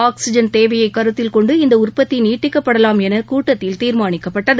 oxygen தேவையை கருத்தில் கொண்டு இந்த உற்பத்தி நீட்டிக்கப்படலாம் என கூட்டத்தில் தீர்மானிக்கப்பட்டது